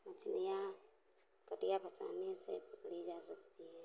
मछलियां कटिया फँसाने से पकड़ी जा सकती हैं